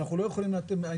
היה